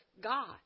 God